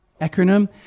acronym